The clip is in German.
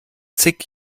zig